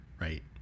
right